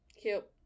Cute